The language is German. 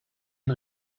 ein